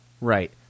Right